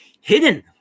hidden